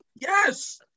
yes